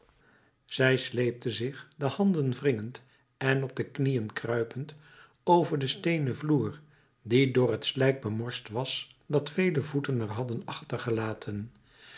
zij sleepte zich de handen wringend en op de knieën kruipend over den steenen vloer die door het slijk bemorst was dat vele voeten er hadden achtergelaten